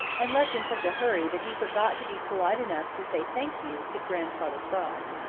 and left in such a hurry that he forgot to be polite enough to say thank you to grandfather frog.